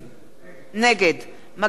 נגד מגלי והבה,